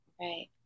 right